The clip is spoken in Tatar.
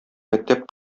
мәктәп